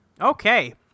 Okay